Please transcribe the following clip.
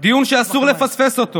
דיון שאסור לפספס.